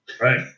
Right